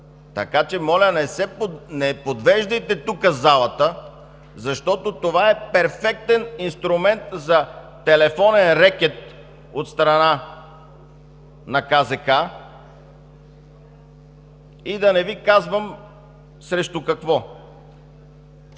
Така че, моля, не подвеждайте залата, защото това е перфектен инструмент за телефонен рекет от страна на КЗК – да не Ви казвам срещу какво.